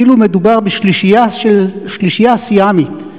כאילו מדובר בשלישייה סיאמית.